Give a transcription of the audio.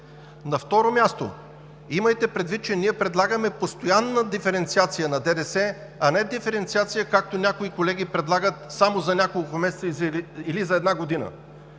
На второ място, имайте предвид, че ние предлагаме постоянна диференциация на ДДС, а не диференциация, както някои колеги предлагат, само за няколко месеца или за една година.